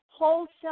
wholesale